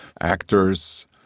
actors